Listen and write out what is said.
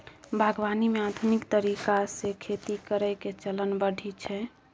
बागवानी मे आधुनिक तरीका से खेती करइ के चलन बढ़ल छइ